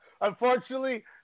unfortunately